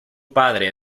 padre